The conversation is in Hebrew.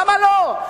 למה לא?